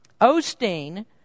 Osteen